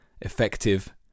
effective